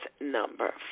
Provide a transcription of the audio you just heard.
number